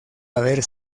haber